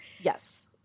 Yes